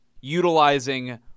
utilizing